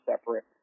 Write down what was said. separate